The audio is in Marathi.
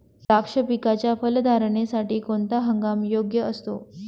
द्राक्ष पिकाच्या फलधारणेसाठी कोणता हंगाम योग्य असतो?